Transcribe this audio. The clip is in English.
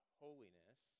holiness